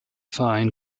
verein